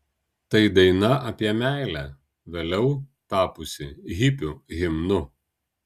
tai daina apie meilę vėliau tapusi hipių himnu